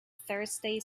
thursday